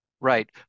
Right